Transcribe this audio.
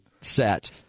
set